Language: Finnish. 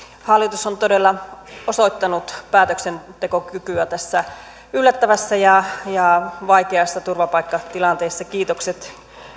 hallitus on todella osoittanut päätöksentekokykyä tässä yllättävässä ja ja vaikeassa turvapaikkatilanteessa kiitokset